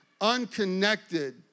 unconnected